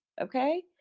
okay